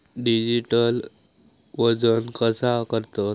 Digital वजन कसा करतत?